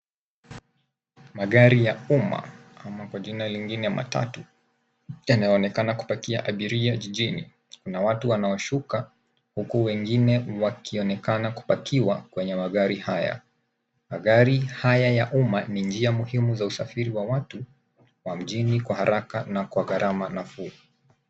Magari ya umma, ama kwa jina lingine matatu, yanaonekana kupakia abiria jijini. Kuna watu wanaoshuka huku wengine wakionekana kupakiwa kwenye magari haya. Magari haya ya umma ni njia muhimu za usafiri wa watu wa mjini kwa haraka na kwa gharama nafuu.